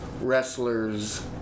wrestlers